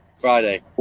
Friday